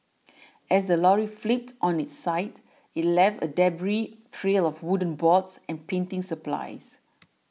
as the lorry flipped on its side it left a debris trail of wooden boards and painting supplies